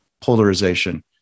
polarization